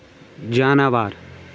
جاناوار